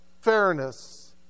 Fairness